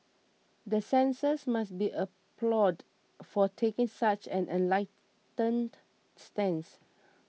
the censors must be applauded for taking such an enlightened stance